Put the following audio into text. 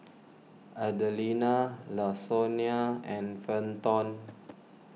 Adelina Lasonya and Fenton